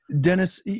Dennis